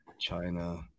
China